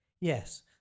Yes